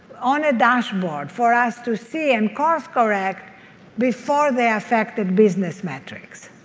on a dashboard for us to see and course correct before they affected business metrics